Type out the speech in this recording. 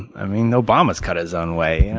i mean, obama has cut his own way. and